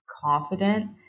confident